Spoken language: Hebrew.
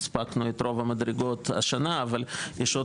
הספקנו את רוב המדרגות השנה אבל יש עוד